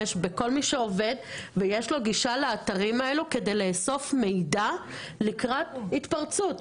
בכל מי שעובד ויש לו גישה לאתרים האלו כדי לאסוף מידע לקראת התפרצות.